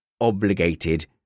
obligated